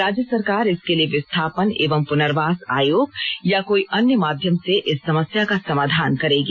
राज्य सरकार इसके लिए विस्थापन एवं पुनर्वास आयोग या कोई अन्य माध्यम से इस समस्या का समाधान करेगी